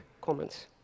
comments